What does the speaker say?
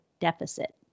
deficit